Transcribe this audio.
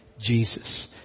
Jesus